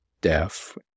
deaf